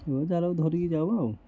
ଜାଲକୁ ଧରିକି ଯାଉ ଆଉ